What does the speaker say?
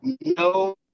no –